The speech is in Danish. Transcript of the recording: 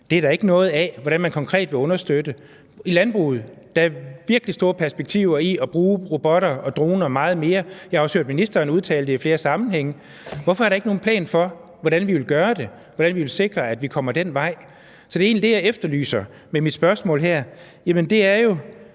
Det er der ikke noget om hvordan man konkret vil understøtte. I landbruget er der virkelig store perspektiver i at bruge robotter og droner meget mere. Jeg har også hørt ministeren udtale det i flere sammenhænge. Hvorfor er der ikke nogen plan for, hvordan vi vil gøre det; hvordan vi vil sikre, at vi kommer den vej? Så det er egentlig det, jeg efterlyser med mit spørgsmål her. Det er: